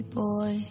boy